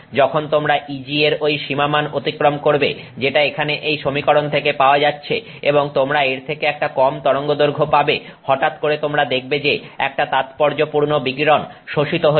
যখন তোমরা Eg এর ঐ সীমামান অতিক্রম করবে যেটা এখানে এই সমীকরণ থেকে পাওয়া যাচ্ছে এবং তোমরা এর থেকে একটা কম তরঙ্গদৈর্ঘ্য পাবে হঠাৎ করে তোমরা দেখবে যে একটা তাৎপর্যপূর্ণ বিকিরণ শোষিত হচ্ছে